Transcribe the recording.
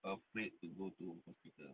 afraid to go to hospital